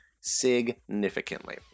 significantly